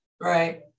Right